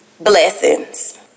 Blessings